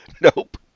Nope